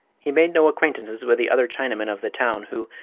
he made no acquaintances with the other chinamen of the town, who,